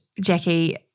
Jackie